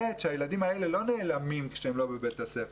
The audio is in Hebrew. כי הילדים האלה לא נעלמים כשהם לא בבית הספר